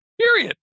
period